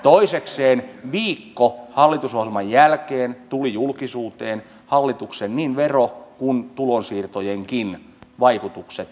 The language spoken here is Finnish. toisekseen viikko hallitusohjelman jälkeen tulivat julkisuuteen hallituksen niin verojen kuin tulonsiirtojenkin vaikutukset eri väestöryhmiin